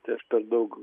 tai aš per daug